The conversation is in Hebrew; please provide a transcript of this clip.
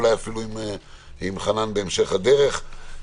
אולי אפילו עם חנן בהמשך הדרך.